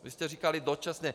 Vy jste říkali dočasně.